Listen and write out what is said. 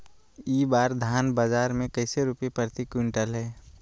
इस बार धान बाजार मे कैसे रुपए प्रति क्विंटल है?